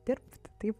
dirbt taip